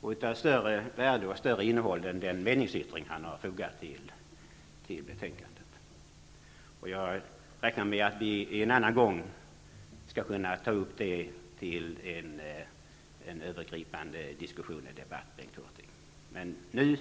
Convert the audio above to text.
Det var av större värde och innehåll än den meningsyttring som han har låtit foga till betänkandet. Jag räknar med att vi en annan gång skall kunna ta upp det till övergripande diskussion eller debatt, Bengt Hurtig. Men nu,